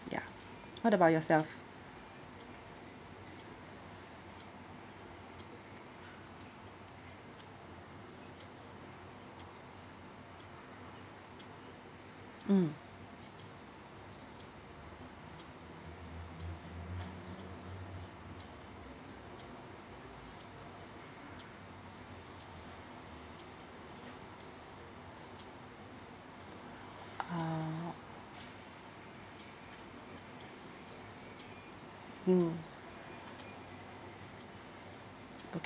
ya what about yourself mm uh mm